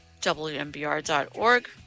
WMBR.org